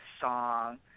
song